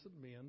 men